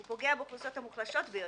הוא פוגע באוכלוסיות המוחלשות ביותר,